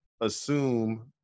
assume